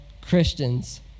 Christians